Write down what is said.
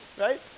right